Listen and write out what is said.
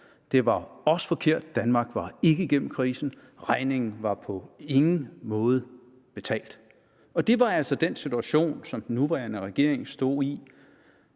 Det var også forkert. Danmark var ikke igennem krisen, og regningen var på ingen måde betalt. Det var altså den situation, som den nuværende regering stod i